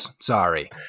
Sorry